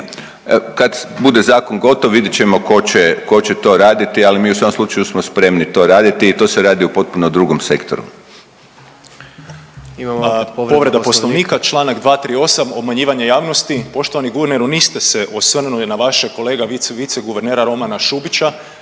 Kad bude zakon gotov vidjet ćemo ko će, ko će to raditi, ali mi u svakom slučaju smo spremni to raditi i to se radi u potpuno drugom sektoru.